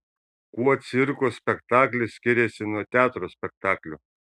kuo cirko spektaklis skiriasi nuo teatro spektaklio